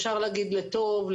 אפשר להגיד לטוב,